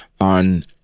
on